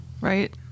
right